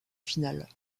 finale